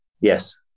Yes